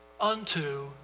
unto